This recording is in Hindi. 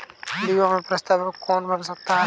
बीमा में प्रस्तावक कौन बन सकता है?